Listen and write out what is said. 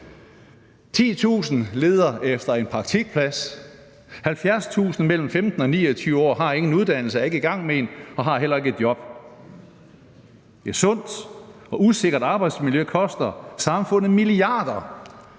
10.000 leder efter en praktikplads, og 70.000 mellem 15 og 29 år har ikke en uddannelse og er ikke i gang med en og har heller ikke et job. Et usundt og usikkert arbejdsmiljø koster samfundet milliarder,